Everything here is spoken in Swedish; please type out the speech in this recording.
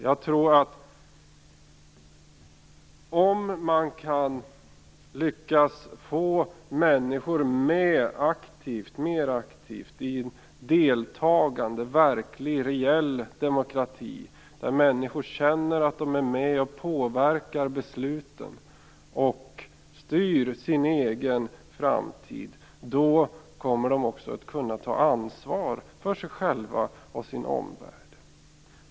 Jag tror att om man lyckas få människor med mer aktivt i en deltagande, verklig, reell demokrati, där människor känner att de är med och påverkar besluten och styr sin egen framtid, kommer de också att kunna ta ansvar för sig själva och sin omvärld.